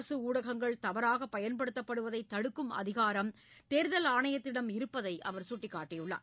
அரசு ஊடகங்கள் தவறாகப் பயன்படுத்தப்படுவதை தடுக்கும் அதிகாரம் தேர்தல் ஆணையத்திடம் இருப்பதை அவர் சுட்டிக்காட்டியுள்ளார்